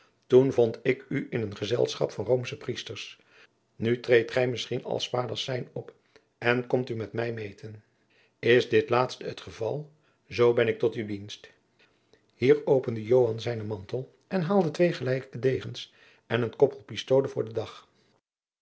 toen vond ik u in een gezelschap van roomsche priesters nu treedt gij misschien als spadassijn op en komt u met mij meten is dit laatste het geval zoo ben ik tot uw dienst hier opende joan zijnen mantel en haalde twee gelijke degens en een koppel pistolen voor den dag